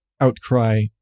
outcry